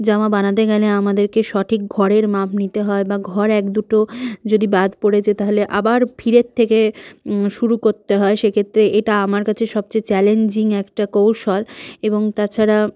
জামা বানাতে গেলে আমাদেরকে সঠিক ঘরের মাপ নিতে হয় বা ঘর এক দুটো যদি বাদ পড়েছে তাহলে আবার ফিরের থেকে শুরু করতে হয় সেক্ষেত্রে এটা আমার কাছে সবচেয়ে চ্যালেঞ্জিং একটা কৌশল এবং তাছাড়া